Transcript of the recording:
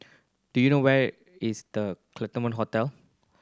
do you know where is The Claremont Hotel